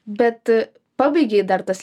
bet pabaigei dar tas